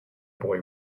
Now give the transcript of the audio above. boy